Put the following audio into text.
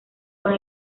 cuán